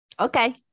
okay